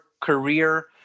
career